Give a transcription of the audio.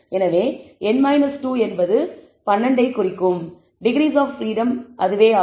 எனவே n 2 என்பது 12 ஐக் குறிக்கும் டிகிரீஸ் ஆப் பிரீடம் ஆகும்